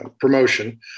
promotion